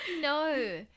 No